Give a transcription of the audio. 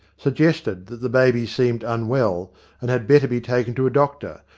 suggested that the baby seemed un well and had better be taken to a doctor,